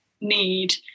need